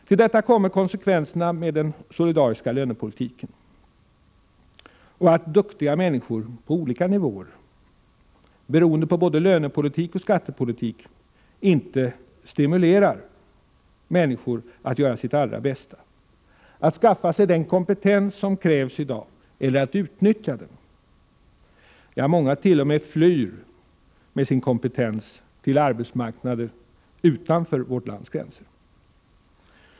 Till detta kommer konsekvenserna av den solidariska lönepolitiken, att duktiga människor på olika nivåer beroende på både lönepolitik och a, att skaffa sig den skattepolitik inte stimuleras att göra sitt allra bäst kompetens som krävs i dag eller att utnyttja den. Många t.o.m. flyr med sin kompetens till arbetsmarknader utanför vårt lands gränser.